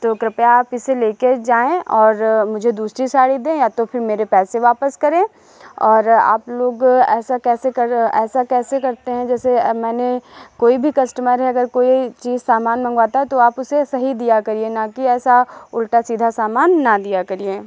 तो कृपया आप इसे लेकर जाएँ और मुझे दूसरी साड़ी दें या तो फिर मेरे पैसे वापस करें और आप लोग ऐसा कैसे कर ऐसा कैसे करते हैं जैसे मैंने कोई भी कस्टमर है अगर कोई चीज़ सामान मँगवाता है तो आप उसे सही दिया करिए न कि ऐसा उल्टा सीधा सामान न दिया करिए